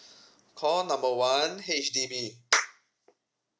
call number one H_D_B